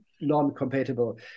non-compatible